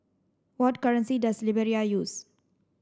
what currency does Liberia use